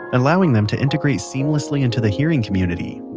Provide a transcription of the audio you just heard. and allowing them to integrate seamlessly into the hearing community.